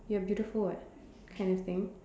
you are beautiful [what] kind of thing